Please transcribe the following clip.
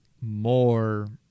more